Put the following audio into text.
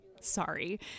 Sorry